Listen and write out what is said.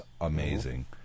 amazing